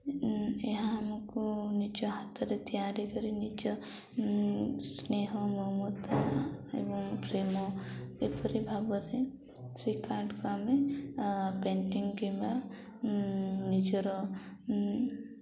ଏହା ଆମକୁ ନିଜ ହାତରେ ତିଆରି କରି ନିଜ ସ୍ନେହ ମମତା ଏବଂ ପ୍ରେମ ଏପରି ଭାବରେ ସେ କାର୍ଡ଼୍କୁ ଆମେ ପେଣ୍ଟିଂ କିମ୍ବା ନିଜର